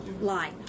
lie